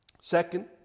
Second